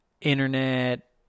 internet